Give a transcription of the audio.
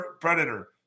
predator